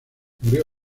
murió